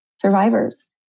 survivors